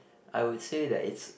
I would say that it's